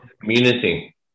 community